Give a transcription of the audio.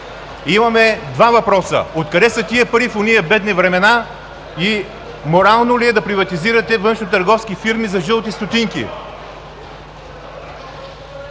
Имаме два въпроса: откъде са тези пари в ония бедни времена? И морално ли е да приватизирате външнотърговски фирми за жълти стотинки?